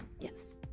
yes